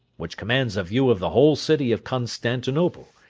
which commands a view of the whole city of constantinople,